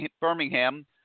birmingham